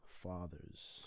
fathers